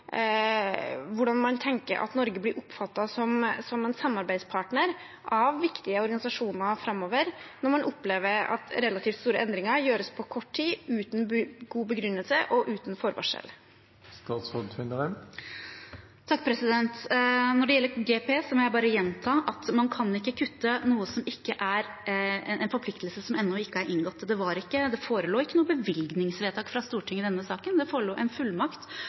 hvordan man tenker at Norge blir oppfattet som samarbeidspartner av viktige organisasjoner framover, når man opplever at relativt store endringer gjøres på kort tid uten god begrunnelse og uten forvarsel. Når det gjelder GPE, må jeg bare gjenta at man ikke kan kutte en forpliktelse som ennå ikke er inngått. Det forelå ikke noe bevilgningsvedtak fra Stortinget i denne saken; det forelå en fullmakt